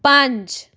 ਪੰਜ